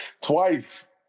twice